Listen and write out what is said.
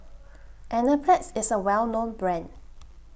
Enzyplex IS A Well known Brand